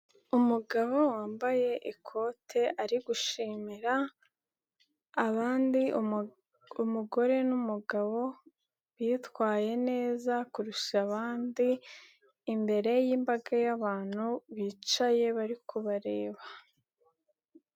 Umugabo wambaye ikote ari gushimira abandi umugore n'umugabo bitwaye neza kurusha abandi imbere y'imbaga y'abantu bicaye bari kubareba.